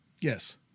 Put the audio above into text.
Yes